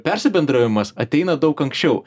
persibendravimas ateina daug anksčiau